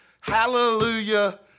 Hallelujah